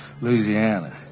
louisiana